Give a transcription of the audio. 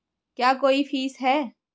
क्या कोई फीस है?